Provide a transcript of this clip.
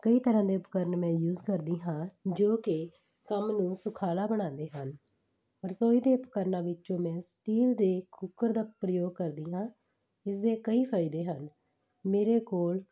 ਕਈ ਤਰ੍ਹਾਂ ਦੇ ਉਪਕਰਨ ਮੈਂ ਯੂਜ ਕਰਦੀ ਹਾਂ ਜੋ ਕਿ ਕੰਮ ਨੂੰ ਸੁਖਾਲਾ ਬਣਾਉਂਦੇ ਹਨ ਰਸੋਈ ਦੇ ਉਪਕਰਨਾਂ ਵਿੱਚੋਂ ਮੈਂ ਸਟੀਲ ਦੇ ਕੂਕਰ ਦਾ ਪ੍ਰਯੋਗ ਕਰਦੀ ਹਾਂ ਇਸ ਦੇ ਕਈ ਫ਼ਾਇਦੇ ਹਨ ਮੇਰੇ ਕੋਲ